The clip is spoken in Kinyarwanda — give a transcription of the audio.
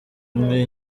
umwe